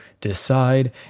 decide